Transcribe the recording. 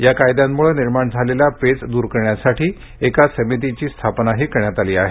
या कायद्यांमुळे निर्माण झालेला पेच दूर करण्यासाठी एका समितीची स्थापनाही करण्यात आली आहे